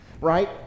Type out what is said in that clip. right